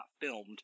filmed